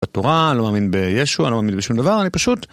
בתורה, אני לא מאמין בישו, אני לא מאמין בשום דבר, אני פשוט...